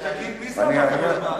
תגיד מי זה הבחור למעלה.